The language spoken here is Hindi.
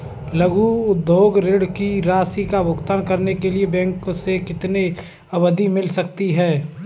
लघु उद्योग ऋण की राशि का भुगतान करने के लिए बैंक से कितनी अवधि मिल सकती है?